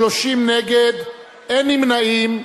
30 נגד, אין נמנעים.